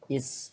it's